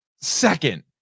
second